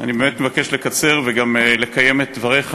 אני באמת מבקש לקצר וגם לקיים את דבריך,